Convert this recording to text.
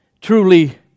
truly